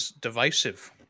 divisive